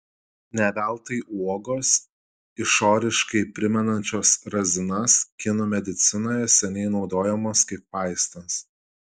ne veltui uogos išoriškai primenančios razinas kinų medicinoje seniai naudojamos kaip vaistas